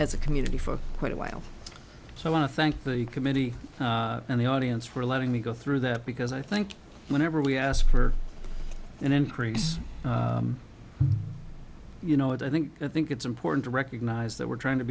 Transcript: as a community for quite a while so i want to thank the committee and the audience for letting me go through that because i think whenever we ask for an increase you know it i think i think it's important to recognize that we're trying to